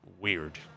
weird